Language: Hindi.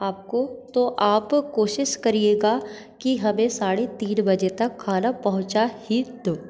आपको तो आप कोशिश करिएगा कि हमें साढ़े तीन बजे तक खाना पहुँचा ही दो